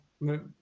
no